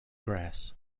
grass